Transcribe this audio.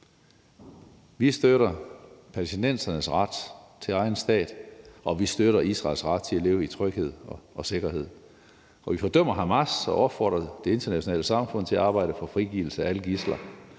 Vi støtter palæstinensernes ret til en egen stat, og vi støtter Israels ret til at leve i tryghed og sikkerhed, og vi fordømmer Hamas, og vi opfordrer det internationale samfund til at arbejde for en frigivelse af alle gidsler.